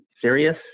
serious